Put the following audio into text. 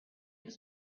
was